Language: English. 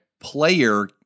player